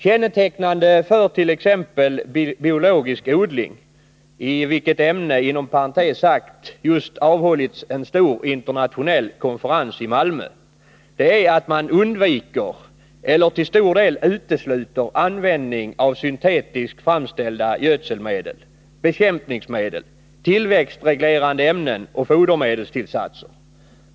Kännetecknande för t.ex. biologisk odling — i vilket ämne inom parentes sagt en stor internationell konferens just avhållits i Malmö — är att man undviker eller till stor del utesluter användning av syntetiskt framställda gödselmedel, bekämpningsmedel, tillväxtreglerande ämnen och fodermedelstillsatser.